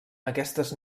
aquestes